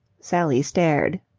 sally stared.